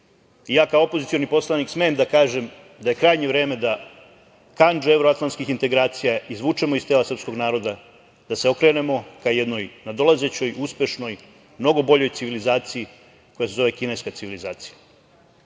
kao opozicioni poslanik smem da kažem da je krajnje vreme da kandže evroatlantskih integracija izvučemo iz tela srpskog naroda, da se okrene ka jednoj nadolazećoj, uspešnoj, mnogo boljoj civilizaciji koja se zove kineska civilizacija.